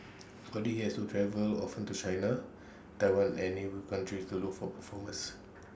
for they has to travel often to China Taiwan and neighbour countries to look for performers